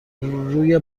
روی